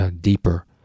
deeper